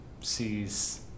sees